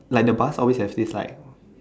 like the bus always have space right